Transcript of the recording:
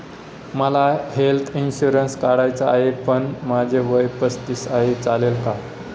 मला health insurance काढायचा आहे पण माझे वय पस्तीस आहे, चालेल का?